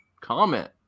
comment